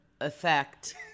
effect